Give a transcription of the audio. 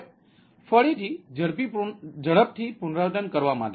હવે ફરીથી ફક્ત ઝડપથી પુનરાવર્તન કરવા માટે